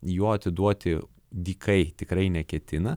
jo atiduoti dykai tikrai neketina